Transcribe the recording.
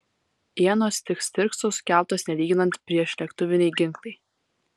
ienos tik stirkso sukeltos nelyginant priešlėktuviniai ginklai